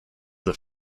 the